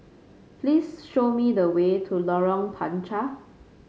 please show me the way to Lorong Panchar